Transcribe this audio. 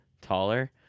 taller